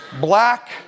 black